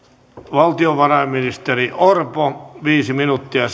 valtiovarainministeri orpo viisi minuuttia